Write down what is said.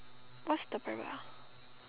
what's the private ah